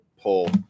pull